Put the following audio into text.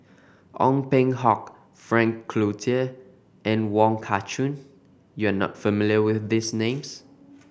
Ong Peng Hock Frank Cloutier and Wong Kah Chun you are not familiar with these names